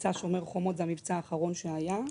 מבצע שומר חומות זה המבצע האחרון שהיה,